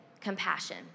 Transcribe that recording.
compassion